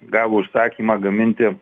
gavo užsakymą gaminti